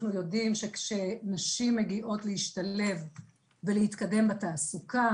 אנחנו ידועים שכשנשים מגיעות להשתלב ולהתקדם בתעסוקה